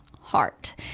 heart